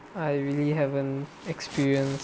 I really haven't experience